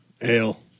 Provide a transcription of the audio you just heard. ale